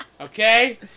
Okay